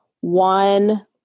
one